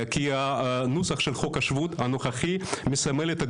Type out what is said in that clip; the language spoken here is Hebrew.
כי הנוסח של חוק השבות הנוכחי מסמלת את